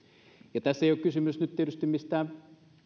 ja tässä ei ole kysymys nyt tietystikään mistään